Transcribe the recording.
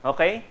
Okay